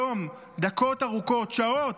היום הכנסת עסקה דקות ארוכות, שעות,